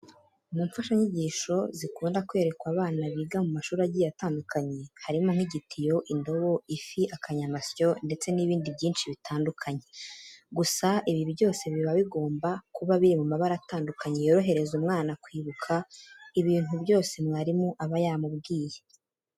Mu mfashanyigisho zikunda kwerekwa abana biga mu mashuri agiye atandukanye, harimo nk'igitiyo, indobo, ifi, akanyamasyo ndetse n'ibindi byinshi bitandukanye. Gusa ibi byose biba bigomba kuba biri mu mabara atandukanye yorohereza umwana kwibuka ibintu byose mwarimu aba yamubwiye.